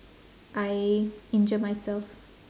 I injure myself